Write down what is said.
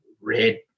red